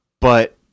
But-